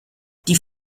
die